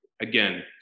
again